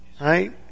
right